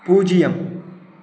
பூஜ்ஜியம்